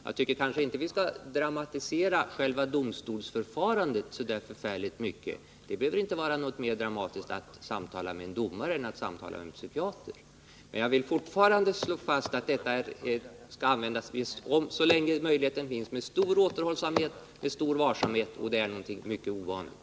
Jag tycker kanske inte att vi skall dramatisera själva domstolsförfarandet så förfärligt mycket. Det behöver inte vara mer dramatiskt att samtala med en domare än att samtala med en psykiater. Men jag vill slå fast att detta skall användas med stor återhållsamhet och med stor varsamhet och att det är någonting mycket ovanligt.